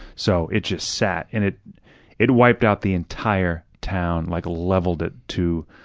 so it just sat and it it wiped out the entire town, like leveled it to